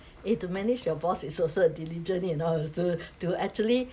eh to manage your boss is also a diligence you know to to actually